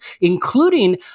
including